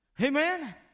Amen